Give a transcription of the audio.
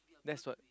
that's what